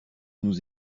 nous